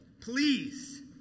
Please